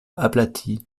aplatie